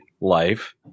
life